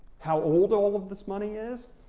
how old all of this money is.